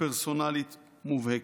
פרסונלית מובהקת.